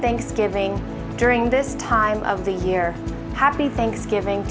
thanksgiving during this time of the year happy thanksgiving